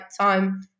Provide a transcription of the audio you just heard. time